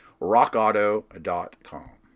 rockauto.com